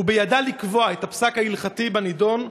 ובידה לקבוע את הפסק ההלכתי בנדון,